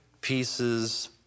pieces